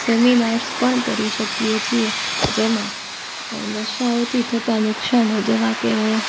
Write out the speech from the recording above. seminars પણ કરી શકીએ છીએ જેમાં નશાઓથી થતાં નુકસાનો જેવા કે